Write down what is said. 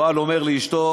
הבעל אומר לאשתו: